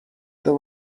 there